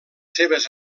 seves